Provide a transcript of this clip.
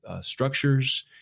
structures